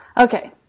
Okay